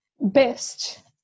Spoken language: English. best